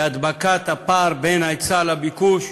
בהדבקת הפער בין ההיצע לביקוש.